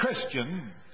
Christian